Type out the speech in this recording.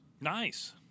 nice